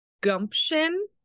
gumption